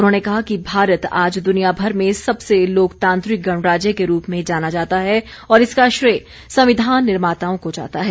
उन्होंने कहा कि भारत आज दुनियाभर में सबसे लोकतांत्रिक गणराज्य के रूप में जाना जाता है और इसका श्रेय संविधान निर्माताओं को जाता है